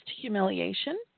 humiliation